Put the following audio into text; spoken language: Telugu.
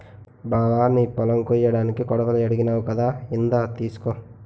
బావా నీ పొలం కొయ్యడానికి కొడవలి అడిగావ్ కదా ఇందా తీసుకో